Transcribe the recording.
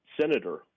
senator